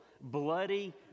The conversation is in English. bloody